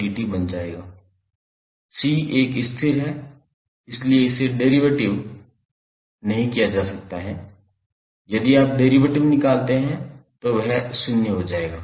C एक स्थिर है इसलिए इसे डेरीवेटिव डेरीवेटिव नहीं किया जा सकता है यदि आप डेरीवेटिव निकालते हैं तो यह शून्य हो जाएगा